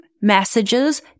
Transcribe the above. messages